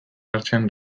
hartzen